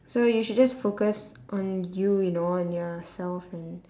so you should just focus on you you know and yourself and